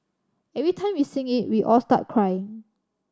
every time we sing it we all start crying